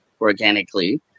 organically